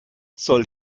soll